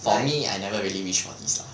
for me I never really wish for this lah